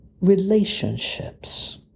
Relationships